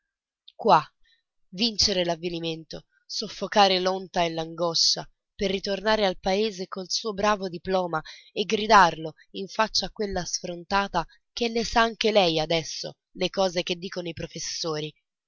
qua vincere l'avvilimento soffocare l'onta e l'angoscia per ritornare al paese col suo bravo diploma e gridarlo in faccia a quella sfrontata che le sa anche lei adesso le cose che dicono i professori